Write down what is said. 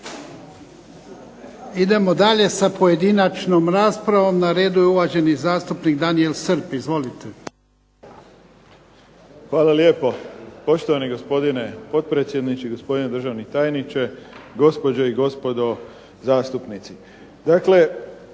Idemo dalje sa pojedinačnom raspravom. Na redu je uvaženi zastupnik Daniel Srb. Izvolite. **Srb, Daniel (HSP)** Hvala lijepo. Poštovani gospodine potpredsjedniče, poštovani držani tajniče, gospođe i gospodo zastupnici.